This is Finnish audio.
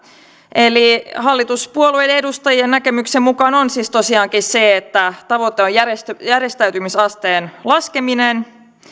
eli hallituspuolueen edustajan näkemyksen mukaan on siis tosiaan niin että tavoite on järjestäytymisasteen laskeminen